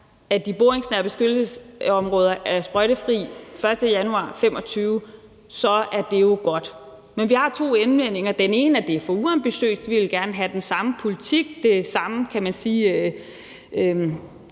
at de boringsnære beskyttelsesområder er sprøjtefri den 1. januar 2025, er det jo godt. Men vi har to indvendinger. Den ene er, at det er for uambitiøst. Vi ville gerne have den samme politik, den samme stramme